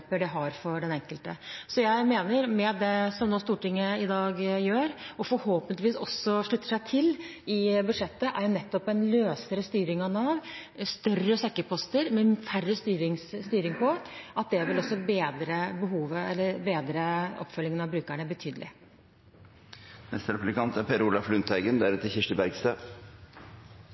de ulemper det har for den enkelte. Så jeg mener at det Stortinget vedtar i dag, og forhåpentligvis også slutter seg til i budsjettet, er en løsere styring av Nav, større sekkeposter og mindre styring, og at det også vil bedre oppfølgingen av brukerne betydelig.